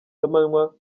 z’amanywa